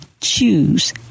choose